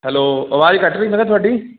hello ਆਵਾਜ਼ ਕੱਟ ਰਹੀ ਮੈਂ ਕਿਹਾ ਤੁਹਾਡੀ